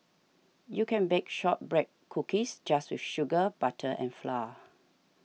you can bake Shortbread Cookies just with sugar butter and flour